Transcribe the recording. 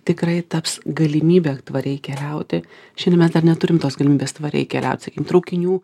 tikrai taps galimybe tvariai keliauti šiandien mes dar neturim tos galimybės tvariai keliauti sakykim traukinių